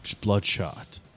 bloodshot